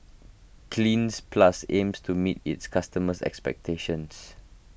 Cleanz Plus aims to meet its customers' expectations